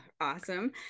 Awesome